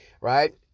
Right